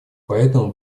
поэтому